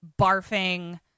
barfing